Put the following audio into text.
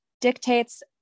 dictates